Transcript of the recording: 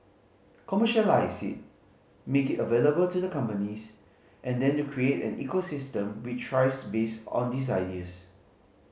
commercialise it make it available to the companies and then to create an ecosystem which thrives based on these ideas